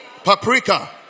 Paprika